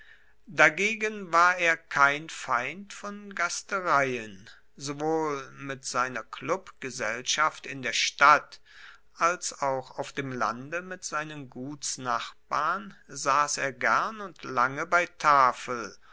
dagegen war er kein feind von gastereien sowohl mit seiner klubgesellschaft in der stadt als auch auf dem lande mit seinen gutsnachbarn sass er gern und lange bei tafel